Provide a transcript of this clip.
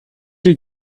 you